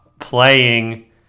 playing